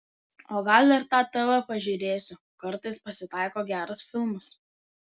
o gal ir tą tv pažiūrėsiu kartais pasitaiko geras filmas